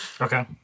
Okay